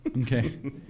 Okay